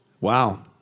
Wow